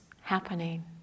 happening